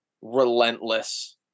relentless